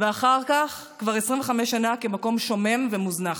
ואחר כך, כבר 25 שנה, כמקום שומם ומוזנח.